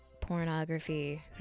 pornography